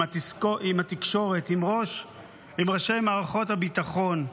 עם ראשי מערכות הביטחון?